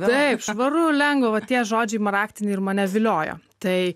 taip švaru lengva va tie žodžiai raktiniai ir mane viliojo tai